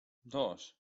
dos